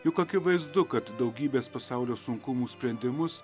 juk akivaizdu kad daugybės pasaulio sunkumų sprendimus